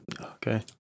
Okay